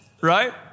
Right